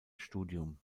studium